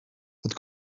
het